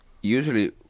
usually